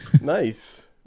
Nice